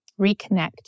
reconnect